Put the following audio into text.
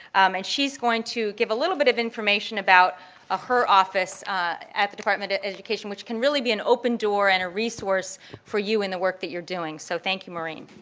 and she's going to give a little bit of information about ah her office at the department of education which can really be an open door and a resource for you and the work that you're doing. so thank you, maureen.